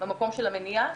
במקום של המניעה.